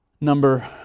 Number